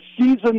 season